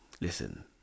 Listen